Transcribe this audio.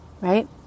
right